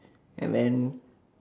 M and